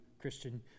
Christian